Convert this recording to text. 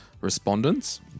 respondents